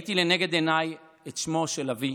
ראיתי לנגד עיניי את שמו של אבי,